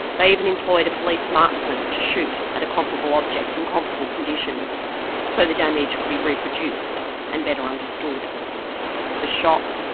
they even employed a police marksman to shoot at a comparable object in comparable conditions so the damage could be reproduced and better understood the shock,